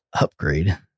upgrade